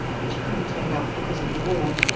which he couldn't take up because of the war,